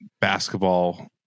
basketball